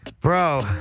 Bro